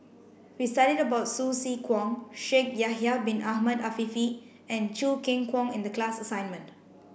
we studied about Hsu Tse Kwang Shaikh Yahya bin Ahmed Afifi and Choo Keng Kwang in the class assignment